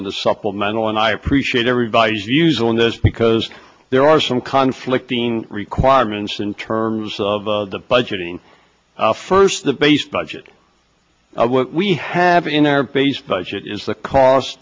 of the supplemental and i appreciate everybody's views on this because there are some conflicting requirements in terms of the budgeting first the base budget we have in our base budget is the cost